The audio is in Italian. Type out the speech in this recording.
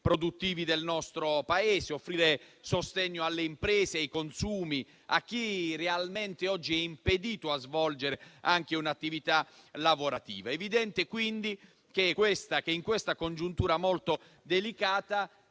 produttivi del nostro Paese e di offrire sostegno alle imprese e ai consumi, a chi realmente oggi è impedito a svolgere anche un'attività lavorativa. È evidente quindi che in questa congiuntura molto delicata